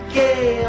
gay